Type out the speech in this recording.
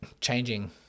changing